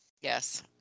Yes